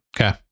Okay